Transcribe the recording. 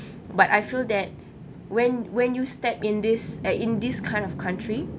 but I feel that when when you step in this uh in this kind of country